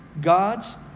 God's